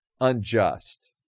unjust